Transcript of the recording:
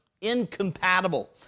incompatible